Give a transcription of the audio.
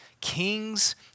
Kings